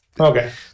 Okay